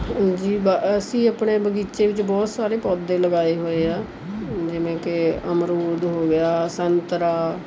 ਹਾਂਜੀ ਬ ਅਸੀਂ ਆਪਣੇ ਬਗੀਚੇ ਵਿੱਚ ਬਹੁਤ ਸਾਰੇ ਪੌਦੇ ਲਗਾਏ ਹੋਏ ਆ ਜਿਵੇਂ ਕਿ ਅਮਰੂਦ ਹੋ ਗਿਆ ਸੰਤਰਾ